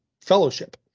fellowship